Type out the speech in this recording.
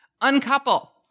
uncouple